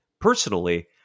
personally